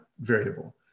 variable